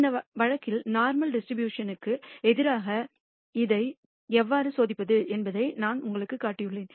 இந்த வழக்கில் normal distribution ற்கு எதிராக அதை எவ்வாறு சோதிப்பது என்பதை நான் உங்களுக்குக் காட்டியுள்ளேன்